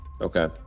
Okay